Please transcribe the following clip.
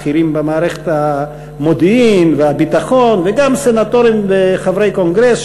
בכירים במערכת המודיעין והביטחון וגם סנטורים וחברי קונגרס,